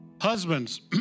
Husbands